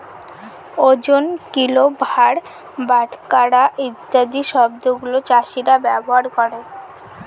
ওজন, কিল, ভার, বাটখারা ইত্যাদি শব্দগুলা চাষীরা ব্যবহার করে